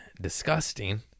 disgusting